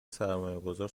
سرمایهگذار